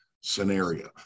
scenario